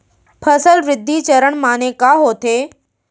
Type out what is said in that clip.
फसल वृद्धि चरण माने का होथे?